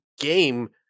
game